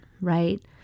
right